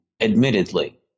admittedly